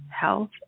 Health